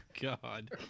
God